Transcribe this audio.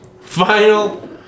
Final